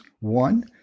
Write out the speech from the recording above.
one